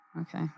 Okay